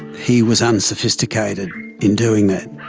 he was unsophisticated in doing that.